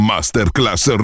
Masterclass